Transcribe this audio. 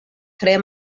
tre